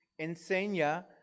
enseña